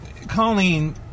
Colleen